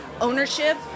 ownership